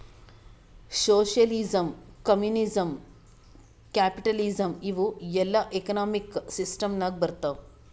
socialism, communism, capitalism ಇವೂ ಎಲ್ಲಾ economic system ನಾಗ್ ಬರ್ತಾವ್